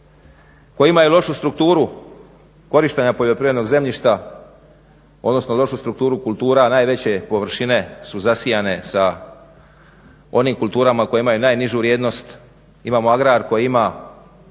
koji ima i lošu strukturu korištenja poljoprivrednog zemljišta, odnosno lošu strukturu kultura, najveće površine su zasijane sa onim kulturama koje imaju najnižu vrijednost. Imamo agrar koji ima